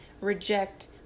reject